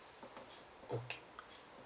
okay